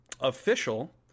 official